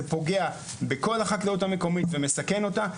זה פוגע בכל החקלאות המקומית ומסכן אותה,